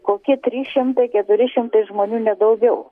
kokie trys šimtai keturi šimtai žmonių ne daugiau